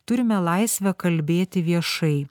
turime laisvę kalbėti viešai